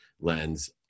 lens